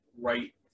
right